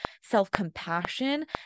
self-compassion